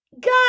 God